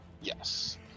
yes